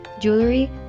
jewelry